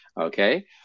okay